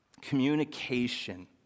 Communication